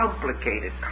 complicated